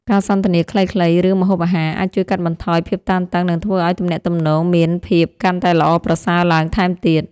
ការសន្ទនាខ្លីៗរឿងម្ហូបអាហារអាចជួយកាត់បន្ថយភាពតានតឹងនិងធ្វើឱ្យទំនាក់ទំនងមានភាពកាន់តែល្អប្រសើរឡើងថែមទៀត។